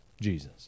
Jesus